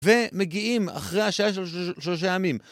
ומגיעים אחרי השעה של שלושה ימים.